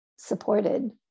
Supported